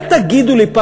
אז אל תגידו לי,